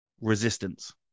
resistance